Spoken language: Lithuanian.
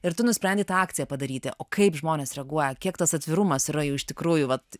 ir tu nusprendei tą akciją padaryti o kaip žmonės reaguoja kiek tas atvirumas yra jų iš tikrųjų vat